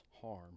harm